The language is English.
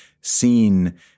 seen